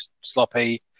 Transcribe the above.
sloppy